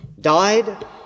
died